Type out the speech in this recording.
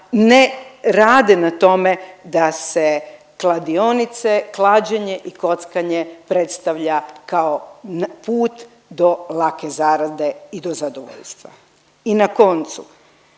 ne rade na tome da se kladionice, klađenje i kockanje predstavlja kao put do lake zarade i do zadovoljstva. I na koncu